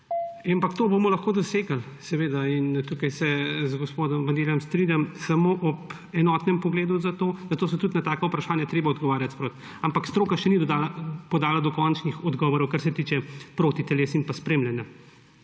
To bomo lahko dosegli, in tukaj se z gospodom Bandellijem strinjam, samo ob enotnem pogledu za to. Zato je tudi na taka vprašanja treba odgovarjati sproti. Ampak stroka še ni podala dokončnih odgovorov, kar se tiče protiteles in spremljanja.